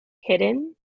hidden